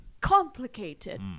complicated